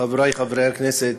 חברי חברי הכנסת,